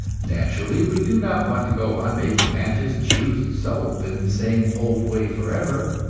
naturally, we do not want to go on making matches and shoes and soap in the same old way forever.